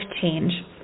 change